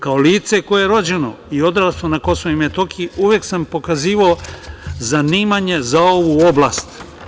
Kao lice koje je rođeno i odraslo na KiM, uvek sam pokazivao zanimanje za ovu oblast.